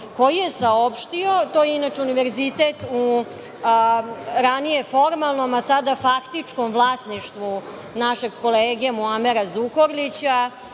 koji je saopštio, to je inače univerzitet u ranije formalnom, a sada faktičkom vlasništvu našeg kolege Muamera Zukorlića,